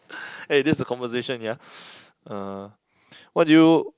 eh this is the conversation yeah uh what do you